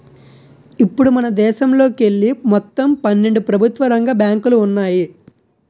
ఇప్పుడు మనదేశంలోకెళ్ళి మొత్తం పన్నెండు ప్రభుత్వ రంగ బ్యాంకులు ఉన్నాయి